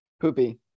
Poopy